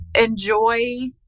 enjoy